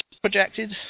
projected